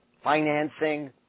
financing